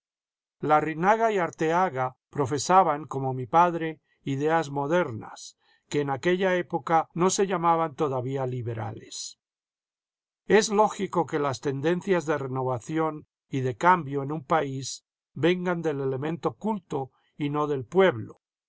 larrinaga y arteaga profesaban como mi padre ideas modernas que en aquella época no se llamaban todavía liberales es lógico que las tendencias de renovación y de cambio en un país vengan del elemento culto y no del pueblo